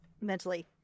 mentally